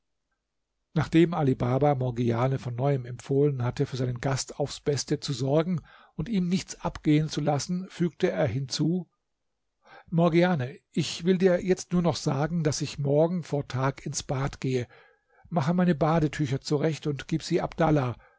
nachdem ali baba morgiane von neuem empfohlen hatte für seinen gast aufs beste zu sorgen und ihm nichts abgehen zu lassen fügte er hinzu morgiane ich will dir jetzt nur noch sagen daß ich morgen vor tag ins bad gehe mache meine badetücher zurecht und gib sie abdallah